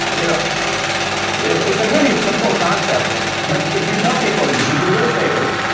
you know it's it's a really simple concept but if you tell people you should be risk takers,